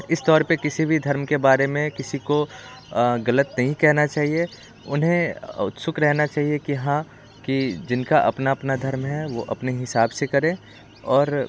इस तौर पे किसी धर्म के बारे में किसी को गलत नहीं कहना चाहिए उन्हें उत्सुक रहना चाहिए कि हाँ कि जिनका अपना अपना धर्म है वो अपने हिसाब से करें और